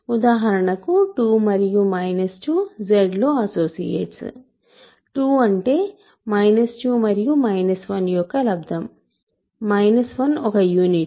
ఉదాహరణకు 2 మరియు 2 Z లో అసోసియేట్స్ 2 అంటే 2 మరియు 1 యొక్క లబ్దం 1 ఒక యూనిట్